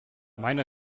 meine